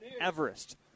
Everest